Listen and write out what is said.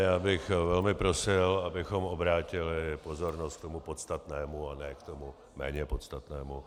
Já bych velmi prosil, abychom obrátili pozornost k tomu podstatnému a ne k tomu méně podstatnému.